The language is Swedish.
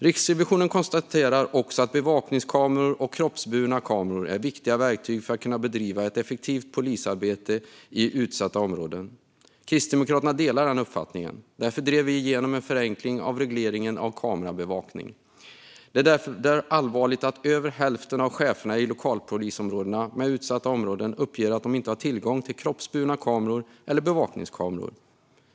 Riksrevisionen konstaterar också att bevakningskameror och kroppsburna kameror är viktiga verktyg för att man ska kunna bedriva ett effektivt polisarbete i utsatta områden. Kristdemokraterna delar den uppfattningen. Därför drev vi igenom en förenkling av regleringen av kamerabevakning. Det är därför allvarligt att över hälften av cheferna i lokalpolisområdena, i utsatta områden, uppger att de inte har tillgång till kroppsburna kameror eller bevakningskameror.